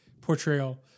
portrayal